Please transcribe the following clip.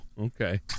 Okay